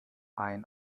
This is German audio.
ein